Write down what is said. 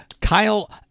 Kyle